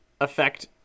affect